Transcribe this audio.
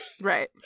Right